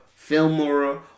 Filmora